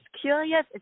curious